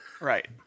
Right